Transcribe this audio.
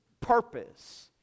purpose